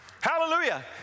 Hallelujah